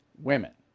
women